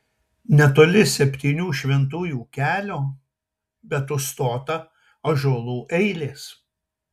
netoli septynių šventųjų kelio bet užstotą ąžuolų eilės